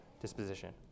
disposition